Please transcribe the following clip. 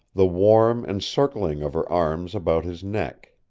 the warm encircling of her arms about his neck.